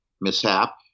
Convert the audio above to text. mishap